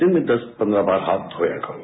दिन में दस पन्द्रह बार हाथ धोया करो